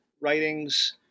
writings